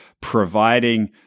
providing